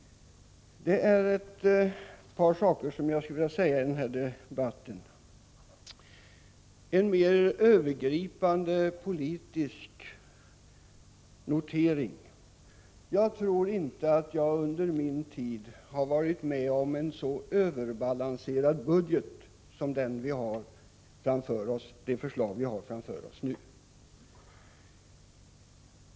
Det är ett par saker jag skulle vilja säga i denna debatt, en direkt övergripande politisk notering. Jag tror inte att jag under min tid har varit med om en så överbalanserad budget som det förslag vi har framför oss nu, om inte om funnits.